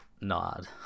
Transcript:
nod